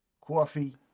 coffee